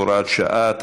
הוראת שעה),